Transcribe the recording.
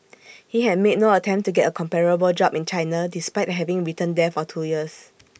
he had made no attempt to get A comparable job in China despite having returned there for two years